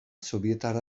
sobietar